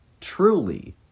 truly